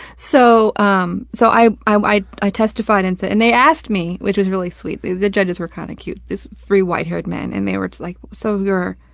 so, um, so i i i testified, and they asked me, which was really sweet, the the judges were kind of cute, these three white haired men, and they were like, so, you're,